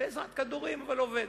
בעזרת כדורים, אבל עובד.